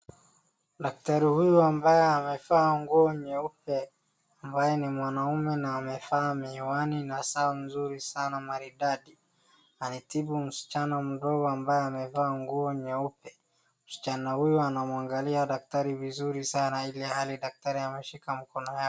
Daktari huyu ambaye amevaa nguo nyeupe ambaye ni mwanaume na amevaa miwani na saa mzuri sana maridadi, alitibu msichana mdogo ambaye amevaa nguo nyeupe. Msichana huyu anamuangalia daktari vizuri sana ilhali daktari ameshika mkono yake.